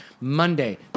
Monday